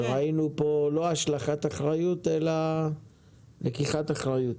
וראינו פה לא השלכת אחריות אלא לקיחת אחריות.